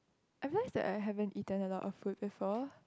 I realise that I haven't eaten a lot of food before